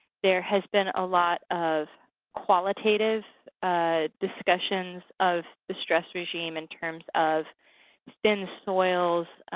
there have been a lot of qualitative discussions of the stress regime in terms of thin soils,